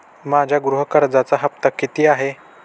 माझ्या गृह कर्जाचा हफ्ता किती आहे?